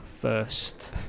first